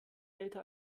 älter